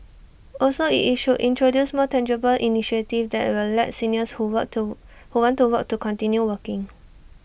also IT it should introduce more tangible initiatives that will let seniors who work to who want to work to continue working